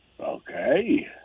okay